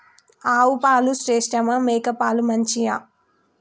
ఆవు పాలు శ్రేష్టమా మేక పాలు మంచియా?